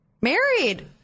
married